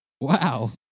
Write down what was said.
Wow